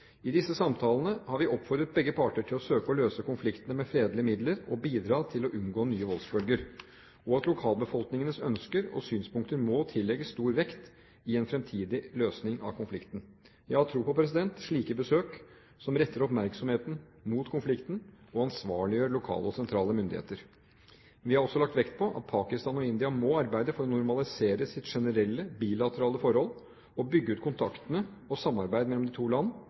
I disse samtalene har vi oppfordret begge parter til å søke å løse konflikten med fredelige midler og bidra til å unngå nye voldsbølger, og at lokalbefolkningenes ønsker og synspunkter må tillegges stor vekt i en fremtidig løsning av konflikten. Vi har tro på slike besøk som retter oppmerksomheten mot konflikten og ansvarliggjør lokale og sentrale myndigheter. Vi har også lagt vekt på at Pakistan og India må arbeide for å normalisere sitt generelle bilaterale forhold og bygge ut kontaktene og samarbeidet mellom de to land,